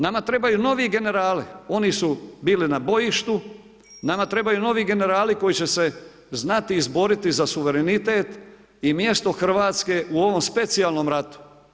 Nama trebaju novi generali, oni su bili na bojištu, nama trebaju novi generali koji će se znati izboriti za suverenitet i mjesto Hrvatske u ovom specijalnom ratu.